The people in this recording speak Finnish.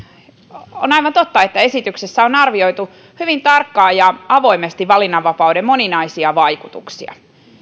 on aivan totta että esityksessä on arvioitu hyvin tarkkaan ja avoimesti valinnanvapauden moninaisia vaikutuksia